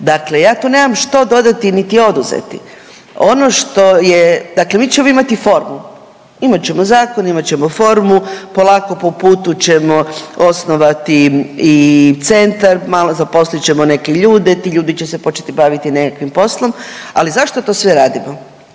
Dakle, ja tu nema što dodati niti oduzeti. Ono što je, dakle mi ćemo imati formu, imat ćemo zakon, imat ćemo formu, polako po putu ćemo osnovati i centar, malo zaposlit ćemo neke ljude, ti ljudi će se početi baviti nekakvim poslom, ali zašto to sve radimo